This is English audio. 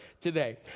today